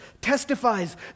testifies